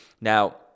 Now